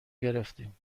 گرفتیم